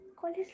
college